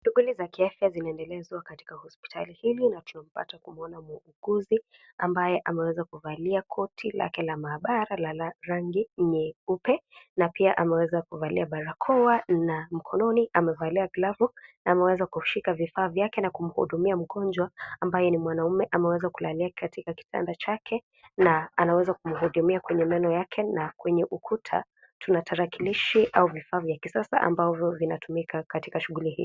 Shughuli za kiafya zinaendelezwa katika hospitali hili. Na tumepata kunuona muuguzi, ambaye ameweza kuvalia koti lake la maabara la rangi nyeupa. Na pia ameweza kuvalia barakoa na mkononi amevaliwa glavu. Na ameweza kuvishika vifaa vyake na kumhudumia mgonjwa, ambaye ni mwanaume ameweza kulalia katika kitanda chake. Na anaweza kumhudumia kwenye meno yake. Na kwenye ukuta tunatarakilishi au vifaa vya kisasa ambavyo vinatumika katika shughuli hii.